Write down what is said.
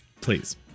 Please